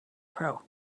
pro